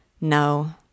No